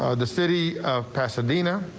ah the city of pasadena,